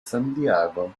santiago